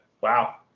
Wow